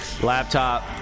laptop